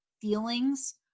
feelings